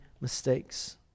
mistakes